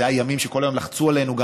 אלה הימים שבהם כל היום לחצו עלינו: